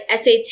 SAT